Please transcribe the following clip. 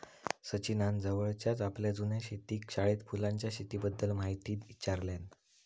सचिनान जवळच्याच आपल्या जुन्या शेतकी शाळेत फुलांच्या शेतीबद्दल म्हायती ईचारल्यान